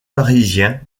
parisien